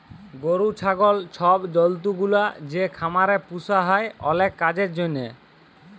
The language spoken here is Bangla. গরু, ছাগল ছব জল্তুগুলা যে খামারে পুসা হ্যয় অলেক কাজের জ্যনহে